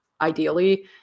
ideally